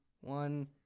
one